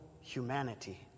humanity